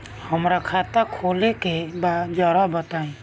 हमरा खाता खोले के बा जरा बताई